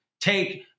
take